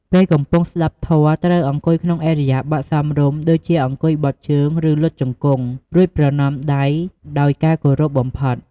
ពេលកំពុងស្តាប់ធម៌ ត្រូវអង្គុយក្នុងឥរិយាបថសមរម្យ ដូចជាអង្គុយបត់ជើង ឬលុតជង្គង់ រួចប្រណម្យដៃដោយការគោរពបំផុត។